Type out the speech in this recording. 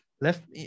left